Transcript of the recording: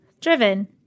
Driven